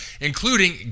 including